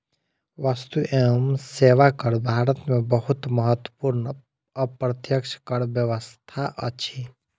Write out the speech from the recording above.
वस्तु एवं सेवा कर भारत में बहुत महत्वपूर्ण अप्रत्यक्ष कर व्यवस्था अछि